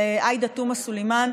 של עאידה תומא סלימאן,